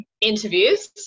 interviews